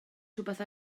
rhywbeth